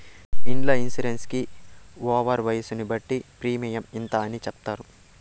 ఇండ్ల ఇన్సూరెన్స్ కి ఓనర్ వయసును బట్టి ప్రీమియం ఇంత అని చెప్తారు